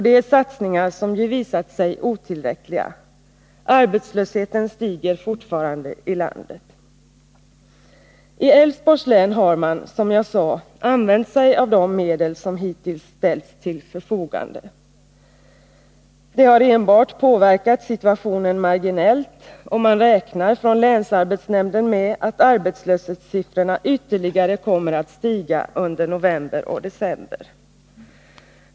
Det är satsningar som ju visat sig otillräckliga. Arbetslösheten stiger fortfarande i landet. I Älvsborgs län har man, som jag sagt, använt sig av de medel som hittills ställts till förfogande. Det har enbart påverkat situationen marginellt, och man räknar från länsarbetsnämnden med att arbetslöshetssiffrorna ytterli gare kommer att stiga under november och december.